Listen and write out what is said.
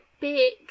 big